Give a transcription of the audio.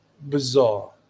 bizarre